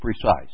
precise